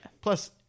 plus